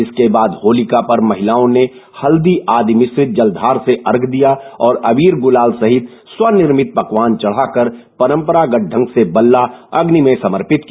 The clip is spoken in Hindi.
इसके बाद होलिका पर महिलाओं ने हल्दी आदि मिश्रित जल से अर्घ्य दिया और अबीर गुलाल सहित स्वनिर्मित पकवान चढ़ाकर परम्परागत ढंग से बल्ला अग्नि में समर्पित किया